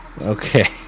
Okay